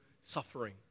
suffering